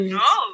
no